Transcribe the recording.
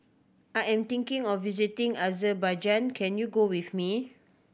I am thinking of visiting Azerbaijan can you go with me